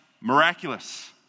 miraculous